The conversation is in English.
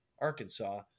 Arkansas